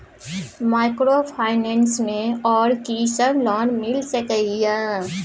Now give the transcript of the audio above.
Microfinance मे आर की सब लोन मिल सके ये?